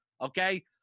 Okay